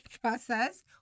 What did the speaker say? process